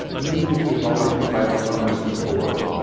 even if you have already provided comments before.